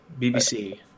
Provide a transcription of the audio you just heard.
BBC